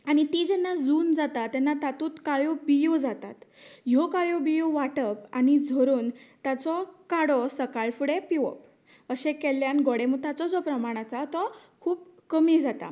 आनी ती जेन्ना जून जाता तेन्ना तातूंत काळ्यो बियों जातात ह्यो काळ्यो बियों वाटप आनी झरोवन ताचो काडो सकाळ फुडें पिवप अशें केल्ल्यान गोडे मुताचो जो प्रमाण आसा तो खूब कमी जाता